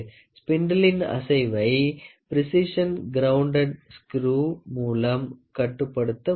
ஸ்பிண்டிளின் அசைவை ப்ரேஸிஸின் ground screw மூலம் கட்டுப்படுத்த முடியும்